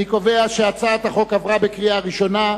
אני קובע שהצעת החוק עברה בקריאה ראשונה,